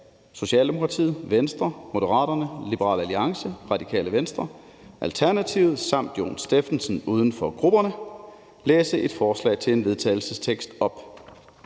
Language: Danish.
Socialdemokratiet, Venstre, Moderaterne, Liberal Alliance, Radikale Venstre, Alternativet og Jon Stephensen, uden for grupperne, læse et forslag til vedtagelse op.